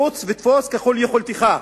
רוץ ותפוס ככל יכולתך.